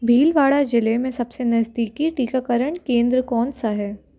भीलवाड़ा ज़िले में सबसे नज़दीकी टीकाकरण केंद्र कौनसा है